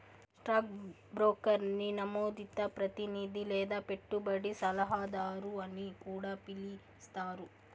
stock బ్రోకర్ని నమోదిత ప్రతినిది లేదా పెట్టుబడి సలహాదారు అని కూడా పిలిస్తారు